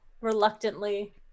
reluctantly